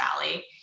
valley